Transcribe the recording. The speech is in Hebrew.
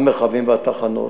המרחבים והתחנות.